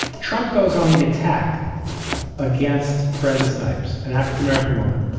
trump goes on the attack against brenda snipes, an african-american woman.